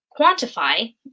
quantify